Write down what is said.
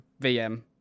VM